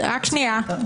את צודקת.